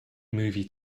movie